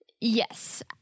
Yes